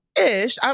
ish